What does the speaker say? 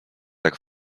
tak